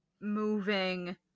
moving